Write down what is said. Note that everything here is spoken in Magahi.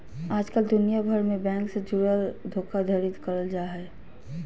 आजकल दुनिया भर मे बैंक से जुड़ल धोखाधड़ी करल जा हय